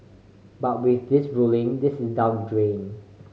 but with this ruling this is down drain